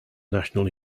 national